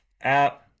app